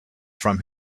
from